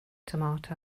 tomato